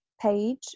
page